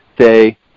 say